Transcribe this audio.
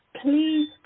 Please